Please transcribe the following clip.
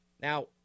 Now